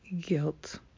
guilt